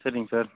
சரிங்க சார்